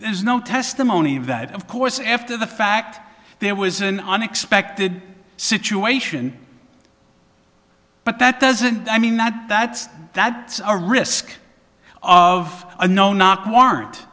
there's no testimony of that of course after the fact there was an unexpected situation but that doesn't i mean not that that's a risk of a no knock warrant